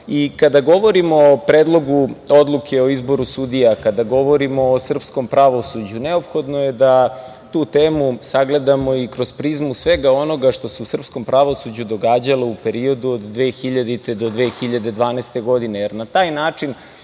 govorimo o Predlogu odluke o izboru sudija, kada govorimo o srpskom pravosuđu, neophodno je da tu temu sagledamo i kroz prizmu svega onoga što se u srpskom pravosuđu događalo u periodu od 2000. godine do 2012. godine, jer na taj način